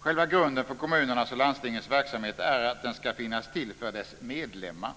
Själva grunden för kommunernas och landstingens verksamhet är att de ska finnas till för sina medlemmar.